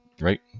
right